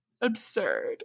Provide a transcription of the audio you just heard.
absurd